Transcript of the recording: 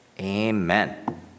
Amen